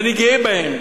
ואני גאה בהם.